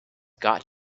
got